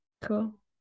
cool